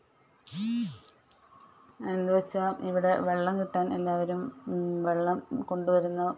എന്ന് വെച്ചാൽ ഇവിടെ വെള്ളം കിട്ടാന് എല്ലാവരും വെള്ളം കൊണ്ടുവരുന്ന